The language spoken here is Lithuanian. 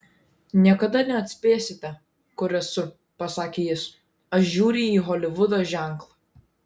niekada neatspėsite kur esu pasakė jis aš žiūriu į holivudo ženklą